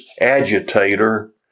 agitator